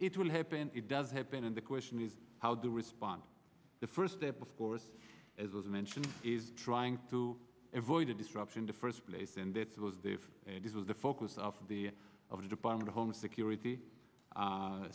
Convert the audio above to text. and it does happen and the question is how to respond the first step of course as was mentioned is trying to avoid the disruption to first place and that was the of this was the focus of the of the department of homeland security